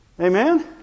Amen